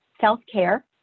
self-care